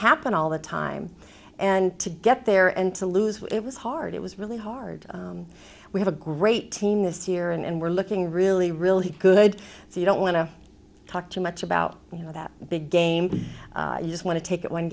happen all the time and to get there and to lose it was hard it was really hard we have a great team this it's year and we're looking really really good so you don't want to talk too much about you know that big game you just want to take it one